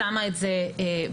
שמה את זה בצד.